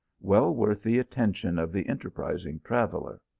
well worthy the attention of the enterprizing traveller.